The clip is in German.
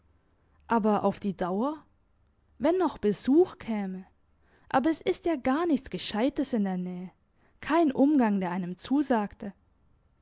aber auf die dauer wenn noch besuch käme aber es ist ja gar nichts gescheites in der nähe kein umgang der einem zusagte